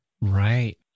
Right